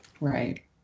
Right